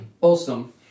Awesome